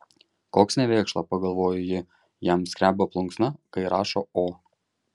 koks nevėkšla pagalvojo ji jam skreba plunksna kai rašo o